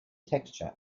texture